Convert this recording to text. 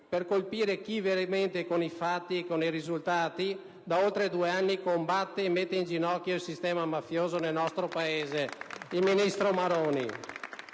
per colpire chi veramente, con i fatti e con i risultati, da oltre due anni combatte e mette in ginocchio il sistema mafioso nel nostro Paese: il ministro Maroni.